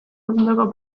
ondoko